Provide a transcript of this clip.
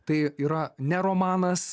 tai yra ne romanas